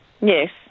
Yes